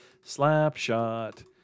Slapshot